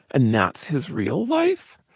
and that's his real life?